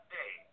day